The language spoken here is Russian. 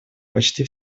почти